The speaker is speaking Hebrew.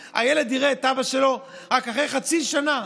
ילדים, הילד יראה את אבא שלו רק אחרי חצי שנה.